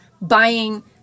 buying